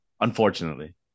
Unfortunately